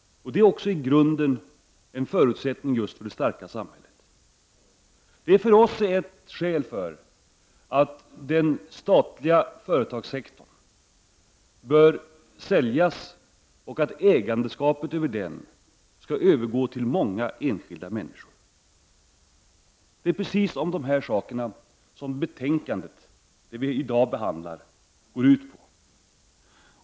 Det är också i grunden en förutsättning för just det starka samhället. Det är för oss ett skäl för att den statliga företagssektorn bör säljas och att ägandeskapet skall övergå till många enskilda människor. Det är just dessa frågor som det betänkande vi i dag behandlar går ut på.